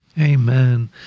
Amen